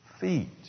feet